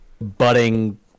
budding